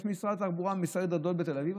יש משרד גדול של משרד התחבורה בתל אביב,